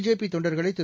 JP தொண்டர்களை திரு